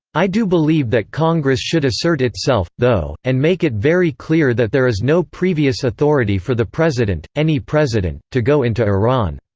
i do believe that congress should assert itself, though, and make it very clear that there is no previous authority for the president, any president, to go into iran.